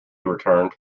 returned